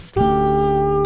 Slow